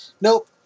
nope